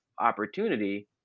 opportunity